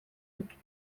dut